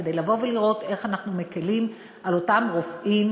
כדי לבוא ולראות איך אנחנו מקלים על אותם רופאים